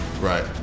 Right